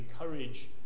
encourage